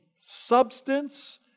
substance